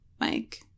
Mike